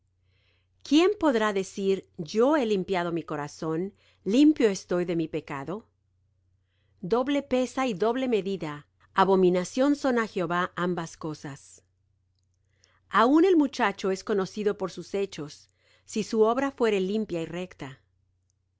quién podrá decir yo he limpiado mi corazón limpio estoy de mi pecado doble pesa y doble medida abominación son á jehová ambas cosas aun el muchacho es conocido por sus hechos si su obra fuere limpia y recta